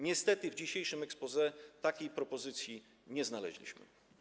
Niestety w dzisiejszym exposé takiej propozycji nie znaleźliśmy.